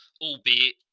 albeit